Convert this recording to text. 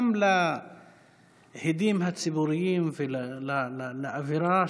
גם להדים הציבוריים וגם לאווירה,